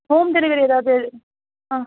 home delivery ஏதாவது ஆ